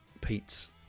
pete's